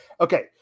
Okay